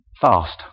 fast